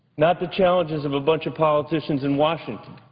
not the challenges of a bunch of politicians in washington